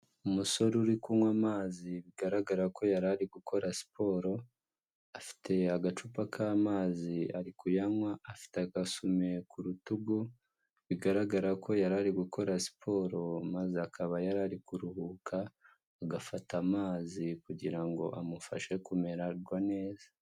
Umusore uri kunywa amazi bigaragara ko yarari gukora siporo afite agacupa k'amazi ari kuyanywa, afite agasume ku rutugu bigaragara ko yarari gukora siporo maze akaba yarari kuruhuka agafata amazi kugira ngo amufashe kumererwa neza.